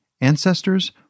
Ancestors